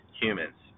humans